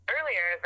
earlier